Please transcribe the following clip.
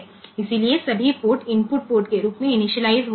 इसलिए सभी port input port के रूप में इनिशियलाइज़ हो जाएंगे